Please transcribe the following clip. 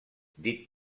dit